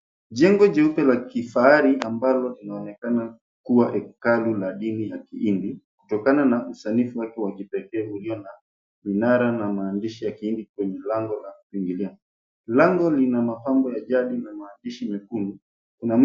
Jengo jeupe la kifahari ambalo linaonekana kuwa hekalu la dini la kihindi kutokana na usanifu wake wa kipekee ulio na minara na maandishi ya kihindi kwenye lango la kuingilia. Lango lina mapambo ya jadi na maandishi mekundu, kuna mtu...